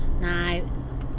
Now